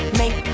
make